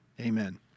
Amen